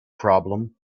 problem